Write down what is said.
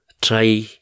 try